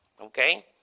Okay